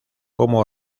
como